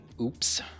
oops